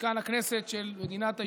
במשכן הכנסת של מדינת היהודים,